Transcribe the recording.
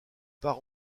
part